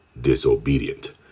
disobedient